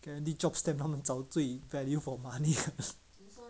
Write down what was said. guaranteed chop stamp 他们找最 value for money